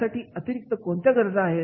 यासाठी अतिरिक्त कोणत्या गरजा आहेत